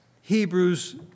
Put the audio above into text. Hebrews